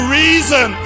reason